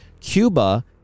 Cuba